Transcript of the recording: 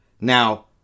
Now